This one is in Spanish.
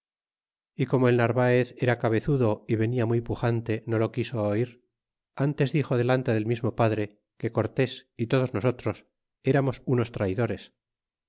é como el narvaez era cabezudo y venia muy pujante no lo quiso oir ntes dixo delante del mismo padre que cortés y todos nosotros eramos unos traydores